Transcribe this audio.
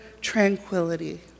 tranquility